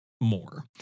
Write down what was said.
more